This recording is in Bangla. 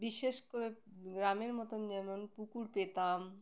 বিশেষ করে গ্রামের মতন যেমন পুকুর পেতাম